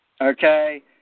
okay